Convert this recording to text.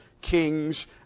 kings